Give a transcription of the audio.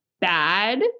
bad